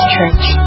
Church